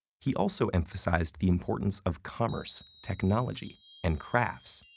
he also emphasized the importance of commerce, technology, and crafts,